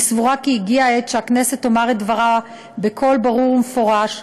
אני סבורה כי הגיעה העת שהכנסת תאמר את דברה בקול ברור ומפורש,